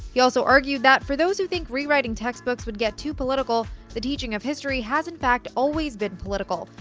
he also argued that, for those who think rewriting textbooks would get too political, the teaching of history has, in fact, always been political,